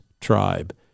tribe